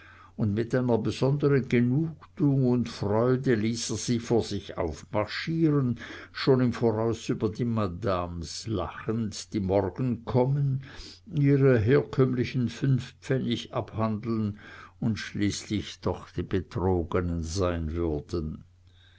und mit einer besonderen genugtuung und freude ließ er sie vor sich aufmarschieren schon im voraus über die madams lachend die morgen kommen ihre herkömmlichen fünf pfennig abhandeln und schließlich doch die betrogenen sein würden